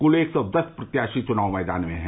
क्ल एक सौ दस प्रत्याशी चुनाव मैदान में हैं